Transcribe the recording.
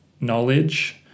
knowledge